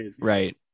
right